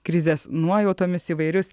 krizės nuojautomis įvairius